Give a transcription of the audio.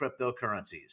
cryptocurrencies